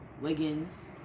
wiggins